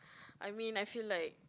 I mean I feel like